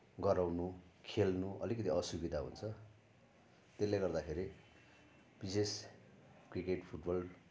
गराउनु खेल्नु अलिकति असुविधा हुन्छ त्यसले गर्दाखेरि विशेष क्रिकेट फुटबल